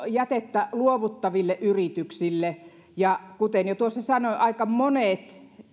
jätettä luovuttaville yrityksille ja kuten jo sanoin aika monet